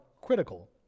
critical